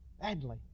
badly